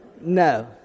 No